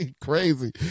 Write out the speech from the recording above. Crazy